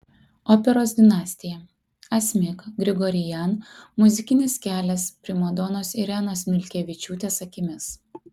operos dinastija asmik grigorian muzikinis kelias primadonos irenos milkevičiūtės akimis